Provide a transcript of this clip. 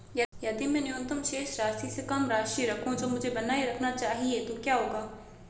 यदि मैं न्यूनतम शेष राशि से कम राशि रखूं जो मुझे बनाए रखना चाहिए तो क्या होगा?